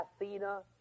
Athena